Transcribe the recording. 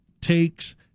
takes